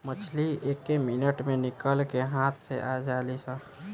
मछली एके मिनट मे निकल के हाथ मे आ जालीसन